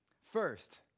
First